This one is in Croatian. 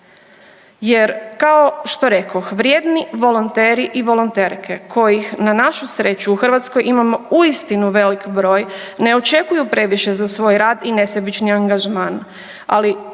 Jer kao što rekoh, vrijedni volonteri i volonterke kojih na našu sreću u Hrvatskoj imamo uistinu velik broj ne očekuju previše za svoj rad i nesebični angažman,